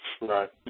Right